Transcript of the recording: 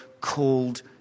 called